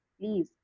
please